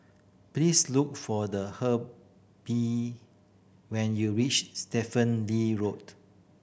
please look for the when you reach Stephen Lee Road